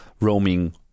roaming